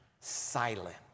silent